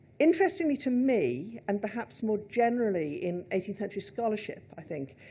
interestingly to me, and perhaps more generally in eighteenth century scholarship, i think,